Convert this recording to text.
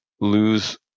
lose